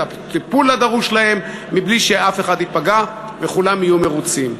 את הטיפול הדרוש שלהם מבלי שאף אחד ייפגע וכולם יהיו מרוצים.